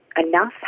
enough